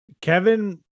Kevin